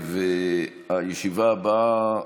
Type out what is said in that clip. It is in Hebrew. הישיבה הבאה,